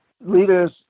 leaders